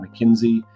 McKinsey